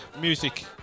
music